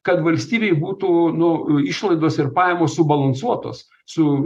kad valstybėj būtų nu išlaidos ir pajamos subalansuotos su